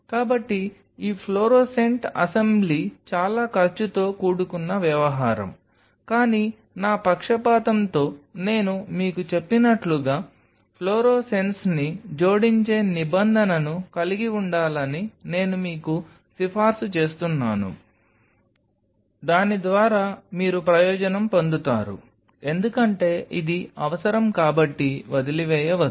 కాబట్టి ఈ fluorescent assembly చాలా ఖర్చుతో కూడుకున్న వ్యవహారం కానీ నా పక్షపాతంతో నేను మీకు చెప్పినట్లుగా ఫ్లోరోసెన్స్ని జోడించే నిబంధనను కలిగి ఉండాలని నేను మీకు సిఫార్సు చేస్తాను దాని ద్వారా మీరు ప్రయోజనం పొందుతారు ఎందుకంటే ఇది అవసరం కాబట్టి వదిలివేయవద్దు